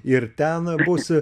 ir ten būsi